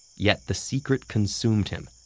yet the secret consumed him.